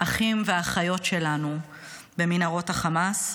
אחים ואחיות שלנו במנהרות החמאס,